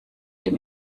dem